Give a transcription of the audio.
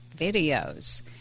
videos